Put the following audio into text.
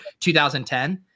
2010